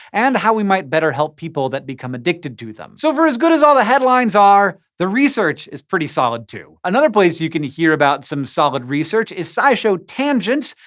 and how we might better help people that become addicted to them. so for as good as all the headlines are, the research is pretty solid, too. another place you can hear about some solid research is scishow tangents,